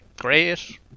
great